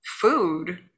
food